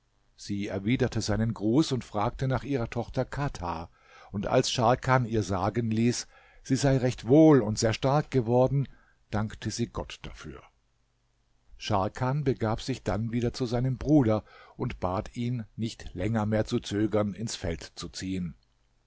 sie erwiderte seinen gruß und fragte nach ihrer tochter kadha und als scharkan ihr sagen ließ sie sei recht wohl und sehr stark geworden dankte sie gott dafür scharkan begab sich dann wieder zu seinem bruder und bat ihn nicht länger mehr zu zögern ins feld zu ziehen